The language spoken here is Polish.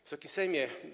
Wysoki Sejmie!